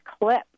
clip